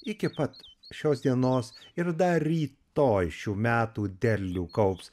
iki pat šios dienos ir dar rytoj šių metų derlių kaups